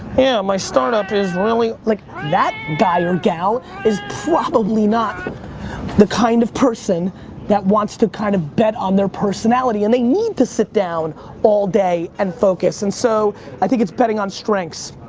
yeah, my startup is really, like that guy or gal is probably not the kind of person that wants to kind of bet on their personality and they need to sit down all day and focus and so i think it's betting on strengths.